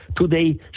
today